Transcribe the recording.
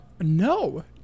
No